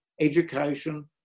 Education